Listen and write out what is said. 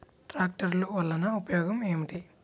ట్రాక్టర్లు వల్లన ఉపయోగం ఏమిటీ?